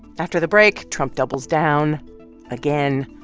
after the break, trump doubles down again